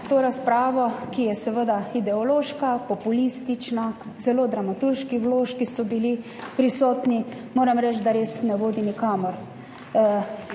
to razpravo, ki je seveda ideološka, populistična, celo dramaturški vložki so bili prisotni, moram reči, da res ne vodi nikamor.